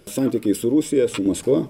santykiai su rusija su maskva